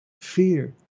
Fear